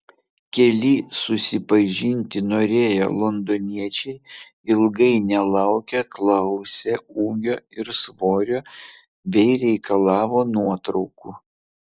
keli susipažinti norėję londoniečiai ilgai nelaukę klausė ūgio ir svorio bei reikalavo nuotraukų